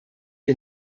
wir